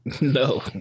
No